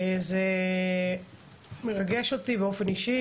זה מרגש אותי באופן אישי,